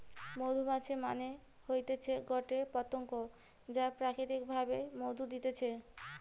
মধুমাছি মানে হতিছে গটে পতঙ্গ যা প্রাকৃতিক ভাবে মধু দিতেছে